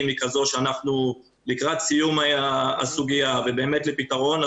היא כזו שאנחנו לקראת סיום הסוגיה ולפתרון,